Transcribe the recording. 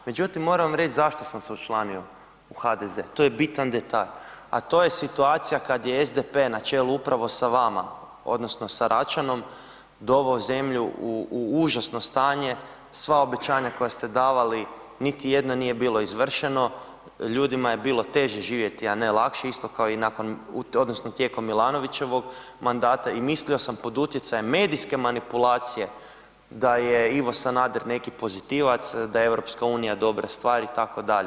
Međutim, moram vam reći zašto sam se učlanio u HDZ, to je bitan detalj, a to je situacija kad je SDP na čelu upravo sa vama odnosno sa Račanom doveo zemlju u užasno stanje, sva obećanja koje ste davali niti jedno nije bilo izvršeno, ljudima je bilo teže živjeti, a ne lakše, isto kao i nakon odnosno tijekom Milanovićevog mandata i mislio sam pod utjecajem medijske manipulacije da je Ivo Sanader neki pozitivac, da je EU dobra stvar itd.